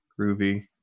groovy